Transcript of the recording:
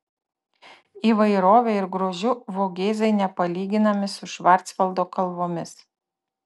įvairove ir grožiu vogėzai nepalyginami su švarcvaldo kalvomis